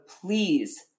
please